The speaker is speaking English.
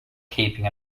keeping